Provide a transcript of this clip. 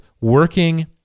working